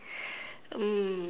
um